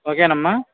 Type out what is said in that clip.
okay అమ్మా